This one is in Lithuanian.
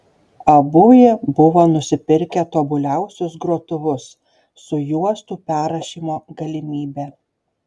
abu jie buvo nusipirkę tobuliausius grotuvus su juostų perrašymo galimybe